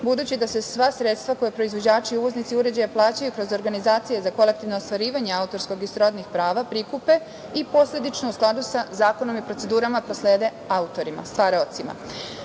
budući da se sva sredstva koja proizvođači i uvoznici uređaja plaćaju kroz organizacije za kolektivno ostvarivanje autorskog i srodnih prava prikupe i posledično, u skladu sa zakonom i procedurama, proslede autorima, stvaraocima.